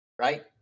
right